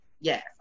yes